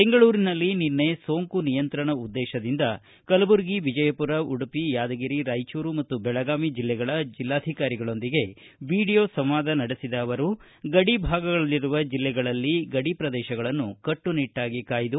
ಬೆಂಗಳೂರಿನಲ್ಲಿ ನಿನ್ನೆ ಸೋಂಕು ನಿಯಂತ್ರಣ ಉದ್ದೇಶದಿಂದ ಕಲಬುರಗಿ ವಿಜಯಪುರ ಉಡುಪಿ ಯಾದಗಿರಿ ರಾಯಚೂರು ಮತ್ತು ಬೆಳಗಾವಿ ಜಿಲ್ಲೆಗಳ ಜಿಲ್ಲಾಧಿಕಾರಿಗಳೊಂದಿಗೆ ವಿಡಿಯೋ ಸಂವಾದ ನಡೆಸಿದ ಅವರು ಗಡಿ ಭಾಗಗಳಿರುವ ಜಿಲ್ಲೆಗಳಲ್ಲಿ ಗಡಿ ಪ್ರದೇಶಗಳನ್ನು ಕಟ್ಟುನಿಟ್ಟಾಗಿ ಕಾಯ್ದು